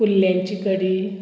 कुल्ल्यांची कडी